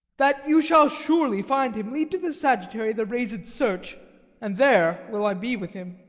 that you shall surely find him, lead to the sagittary the raised search and there will i be with him.